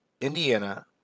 Indiana